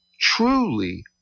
truly